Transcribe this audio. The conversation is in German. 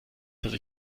dass